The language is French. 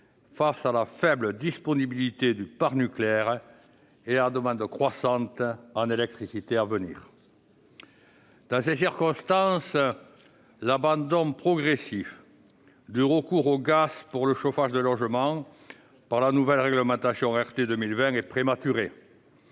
face à la faible disponibilité du parc nucléaire et à la demande croissante en électricité à venir. Dans ces circonstances, l'abandon progressif du recours au gaz pour le chauffage des logements par la nouvelle réglementation thermique RT 2020 est prématuré.